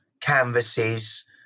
canvases